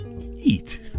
eat